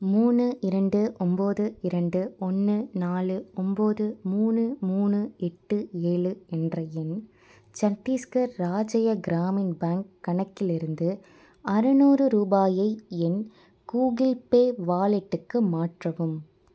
மூணு இரண்டு ஒம்பது இரண்டு ஒன்று நாலு ஒம்பது மூணு மூணு எட்டு ஏழு என்ற எண் சட்டீஸ்கர் ராஜ்ய கிராமின் பேங்க் கணக்கிலிருந்து அறுநூறு ரூபாயை என் கூகுள் பே வாலெட்டுக்கு மாற்றவும்